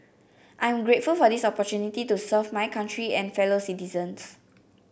I'm grateful for this opportunity to serve my country and fellow citizens